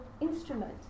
instrument